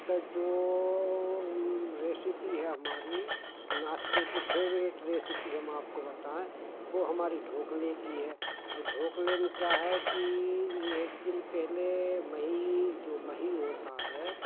अच्छा जो रेसिपी है हमारी नाश्ते की फेवरेट रेसिपी हम आपको बताएं वह हमारे ढोकले की है और ढोकले में क्या है कि एक दिन पहले मही जो मही होता है